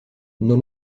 non